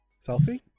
selfie